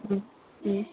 उम उम